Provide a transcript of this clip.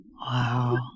Wow